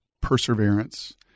perseverance